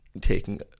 taking